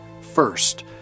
first